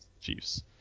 Chiefs